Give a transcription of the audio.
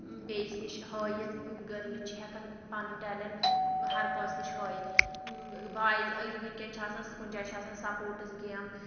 بیٚیِس نِش ہٲوِتھ گٔرلٔز چھِ ہٮ۪کان پَنُن ٹیلینٛٹ ہَر کٲنٛسہِ نِش ہٲوِتھ بایِز وُنکٮ۪ن چھِ آسان کُنہِ جایہِ چھِ آسان سَپورٹٔس گیٚمہٕ